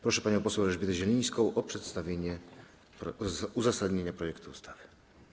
Proszę panią poseł Elżbietę Zielińską o przedstawienie uzasadnienia projektu ustawy.